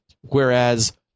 Whereas